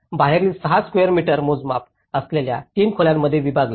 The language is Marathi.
बाहेरील 6 स्वेअर मीटर मोजमाप असलेल्या 3 खोल्यांमध्ये विभागले